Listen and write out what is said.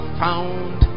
found